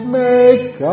make